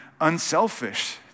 unselfish